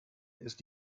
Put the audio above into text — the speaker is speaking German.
ist